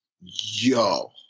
yo